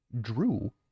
Drew